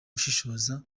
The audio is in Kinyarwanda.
ushishoza